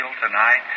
tonight